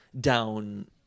down